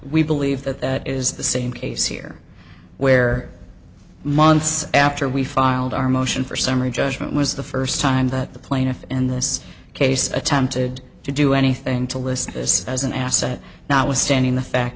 we believe that that is the same case here where months after we filed our motion for summary judgment was the first time that the plaintiff in this case attempted to do anything to list this as an asset not withstanding the fact